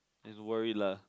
is worried lah